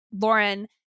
Lauren